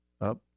up